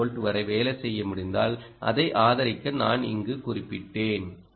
3 volt வரை வேலை செய்ய முடிந்தால் அதை ஆதரிக்க நான் இங்கு குறிப்பிட்டேன்